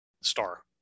star